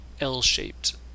L-shaped